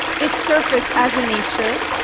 its surface, as in nature,